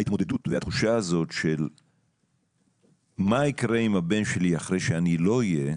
ההתמודדות והתחושה הזאת של מה יקרה עם הבן שלי אחרי שאני לא אהיה,